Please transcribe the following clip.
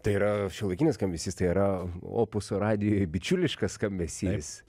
tai yra šiuolaikinis skambesys tai yra opus radijui bičiuliškas skambesys